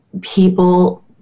people